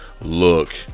look